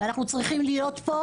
ואנחנו צריכים להיות פה,